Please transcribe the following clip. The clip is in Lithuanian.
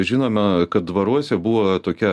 žinome kad dvaruose buvo tokia